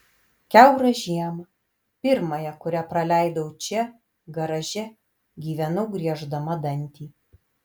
kiaurą žiemą pirmąją kurią praleidau čia garaže gyvenau grieždama dantį